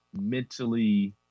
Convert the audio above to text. mentally